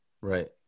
Right